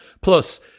Plus